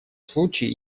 случае